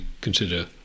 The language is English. consider